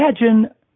Imagine